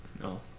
no